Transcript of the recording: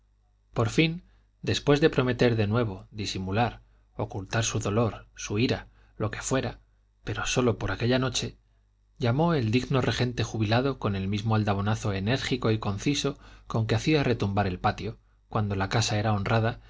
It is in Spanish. por fin después de prometer de nuevo disimular ocultar su dolor su ira lo que fuera pero sólo por aquella noche llamó el digno regente jubilado con el mismo aldabonazo enérgico y conciso con que hacía retumbar el patio cuando la casa era honrada